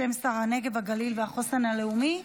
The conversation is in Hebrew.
בשם שר הנגב הגליל והחוסן הלאומי.